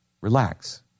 Relax